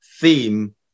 theme